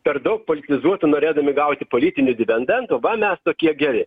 per daug politizuotų norėdami gauti politinių dividendų va tokie geri